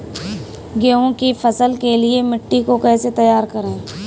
गेहूँ की फसल के लिए मिट्टी को कैसे तैयार करें?